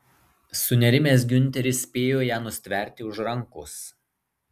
sunerimęs giunteris spėjo ją nustverti už rankos